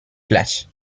flash